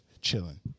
chilling